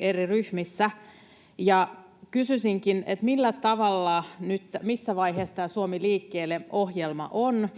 eri ryhmissä. Kysyisinkin: Missä vaiheessa tämä Suomi liikkeelle ‑ohjelma on,